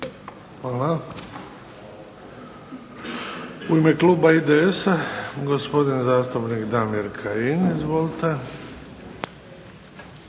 Hvala. U ime kluba IDS-a gospodin zastupnik Damir Kajin. Izvolite.